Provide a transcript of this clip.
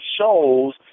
shows